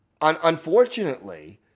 unfortunately